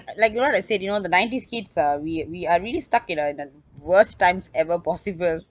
like what I said you know the nineties kids uh we we are really stuck in a in a worst times ever possible